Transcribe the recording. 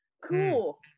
Cool